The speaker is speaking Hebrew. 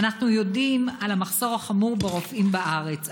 ואנחנו יודעים על המחסור החמור ברופאים בארץ,